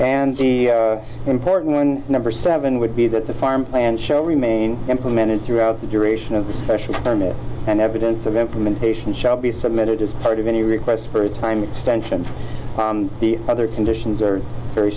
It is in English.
and the important one number seven would be that the farm land show remain implemented throughout the duration of the special permit and evidence of implementation shall be submitted as part of any request for a time extension the other conditions are very